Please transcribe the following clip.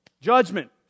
judgment